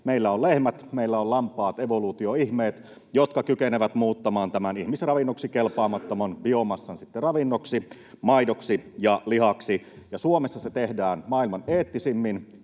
meillä on lampaat, evoluution ihmeet, jotka kykenevät muuttamaan tämän ihmisravinnoksi kelpaamattoman biomassan sitten ravinnoksi, maidoksi ja lihaksi. Ja Suomessa se tehdään maailman eettisimmin,